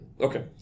Okay